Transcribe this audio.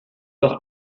doch